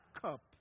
cup